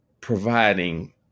providing